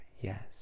yes